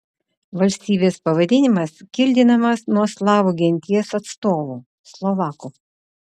valstybės pavadinimas kildinamas nuo slavų genties atstovų slovakų